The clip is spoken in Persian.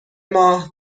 ماه